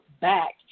back